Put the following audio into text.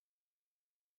bambaye iy'umuhondo.